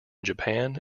japan